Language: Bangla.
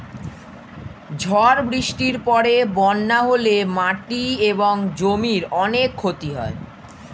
ঝড় বৃষ্টির পরে বন্যা হলে মাটি এবং জমির অনেক ক্ষতি হয়